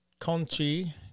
Conchi